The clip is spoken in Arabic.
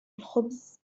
الخبز